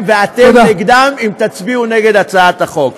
ואתם נגדם אם תצביעו נגד הצעת החוק.